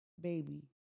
baby